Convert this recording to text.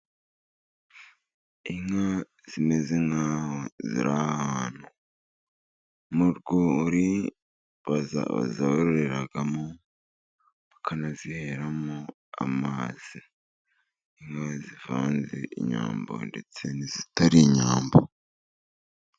Inka zimeze nk'aho ziri ahantu mu rwuri bazororeramo bakanaziheramo amazi, inka zivanze, inyombo ndetse n'izitari inyambo.